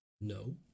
No